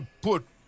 put